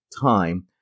time